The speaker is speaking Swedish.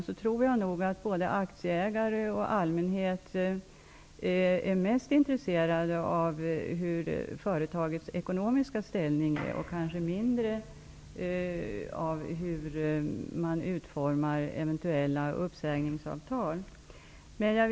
Jag tror nog att både aktieägare och allmänhet är mer intresserade av hur företagets ekonomiska ställning är och mindre intresserade av hur eventuella uppsägningsavtal utformas.